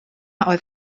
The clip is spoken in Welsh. oedd